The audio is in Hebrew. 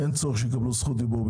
אין צורך שיקבלו זכות דיבור.